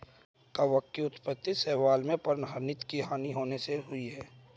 कवक की उत्पत्ति शैवाल में पर्णहरित की हानि होने से हुई है